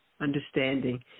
understanding